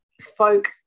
spoke